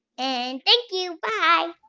and thank you. bye